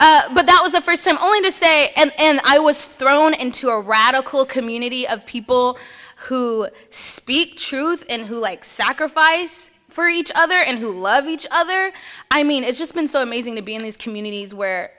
that was the first time only to say and i was thrown into a radical community of people who speak truth and who like sacrifice for each other and who love each other i mean it's just been so amazing to be in these communities where